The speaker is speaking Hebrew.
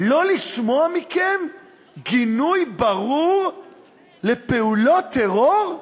לא לשמוע מכם גינוי ברור לפעולות טרור?